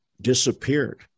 Disappeared